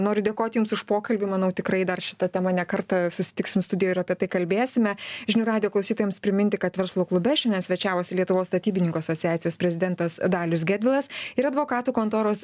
noriu dėkoti jums už pokalbį manau tikrai dar šita tema ne kartą susitiksim studijoj ir apie tai kalbėsime žinių radijo klausytojams priminti kad verslo klube šiandien svečiavosi lietuvos statybininkų asociacijos prezidentas dalius gedvilas ir advokatų kontoros